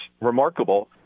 remarkable